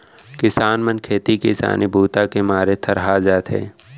किसान मन खेती किसानी बूता के मारे थरहा जाथे